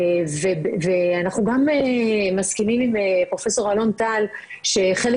ואנחנו גם מסכימים עם פרופ' אלון טל שחלק